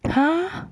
!huh!